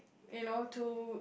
you know to